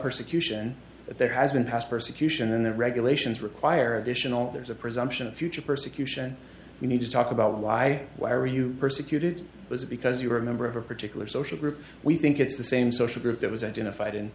persecution if there has been has persecution and the regulations require additional there's a presumption of future persecution you need to talk about why why are you persecuted it was because you were a member of a particular social group we think it's the same social group that was identified in